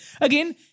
again